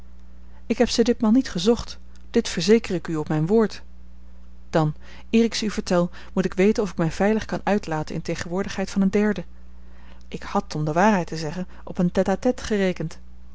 ik heb ze ditmaal niet gezocht dit verzeker ik u op mijn woord dan eer ik ze u vertel moet ik weten of ik mij veilig kan uitlaten in tegenwoordigheid van een derde ik had om de waarheid te zeggen op een tête-à-tête gerekend